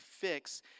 fix